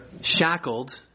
shackled